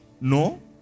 No